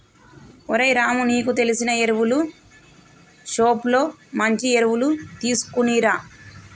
ఓరై రాము నీకు తెలిసిన ఎరువులు షోప్ లో మంచి ఎరువులు తీసుకునిరా